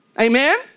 Amen